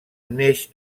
neix